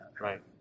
Right